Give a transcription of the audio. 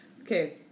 Okay